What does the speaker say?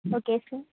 okay sir